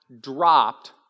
dropped